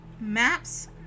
maps